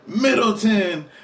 Middleton